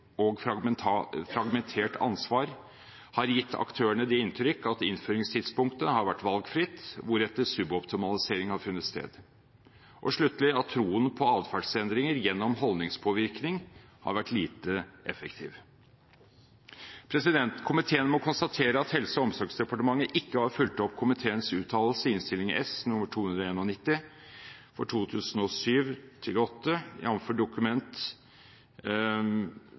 meldingsutveksling og fragmentert ansvar har gitt aktørene det inntrykk at innføringstidspunktet har vært valgfritt, hvoretter suboptimalisering har funnet sted. Troen på atferdsendringer gjennom holdningspåvirkning har vært lite effektiv. Komiteen må konstatere at Helse- og omsorgsdepartementet ikke har fulgt opp komiteens uttalelse i Innst. S nr. 291 for 2007–2008, jf. Dokument nr. 3:7 for 2007–2008 Riksrevisjonens undersøkelse om IKT i sykehus og